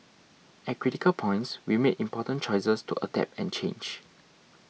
at critical points we made important choices to adapt and change